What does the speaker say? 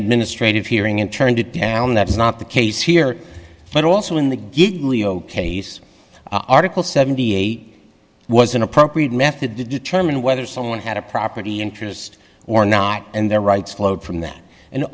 administrative hearing and turned it down that is not the case here but also in the case of article seventy eight was an appropriate method to determine whether someone had a property interest or not and their rights flowed from that an